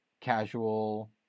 casual